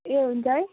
ए हुन्छ है